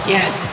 Yes